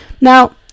Now